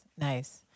Nice